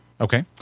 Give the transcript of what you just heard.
Okay